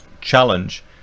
challenge